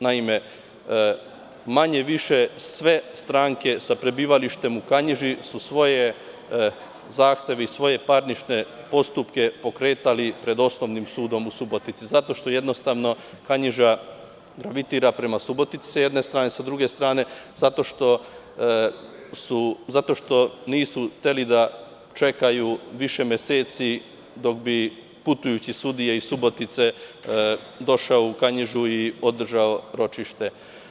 Naime, manje-više sve stranke sa prebivalištem u Kanjiži su svoje zahteve i svoje parnične postupke pokretali pred Osnovnim sudom u Suboticim, zato što, jednostavno, Kanjižagravitira prema Subotici, sa jedne strane, sa druge strane zato što nisu hteli da čekaju više meseci dok bi putujući sudija iz Subotice došao u Kanjižu i održao ročište.